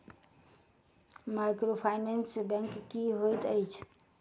Microfinance bank की होइत अछि?